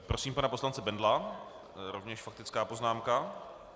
Prosím pana poslance Bendla rovněž faktická poznámka.